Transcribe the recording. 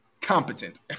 Competent